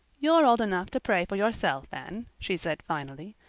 you're old enough to pray for yourself, anne, she said finally.